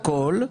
הכול,